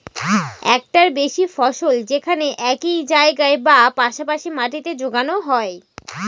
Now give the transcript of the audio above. একটার বেশি ফসল যেখানে একই জায়গায় বা পাশা পাশি মাটিতে যোগানো হয়